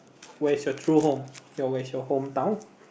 where's your true home your where's your hometown